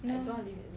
mm